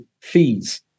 fees